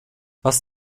was